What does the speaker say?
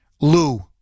Lou